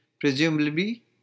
presumably